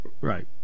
Right